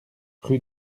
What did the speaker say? rue